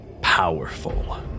powerful